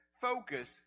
focus